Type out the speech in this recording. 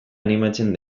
animatzen